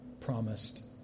promised